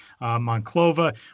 Monclova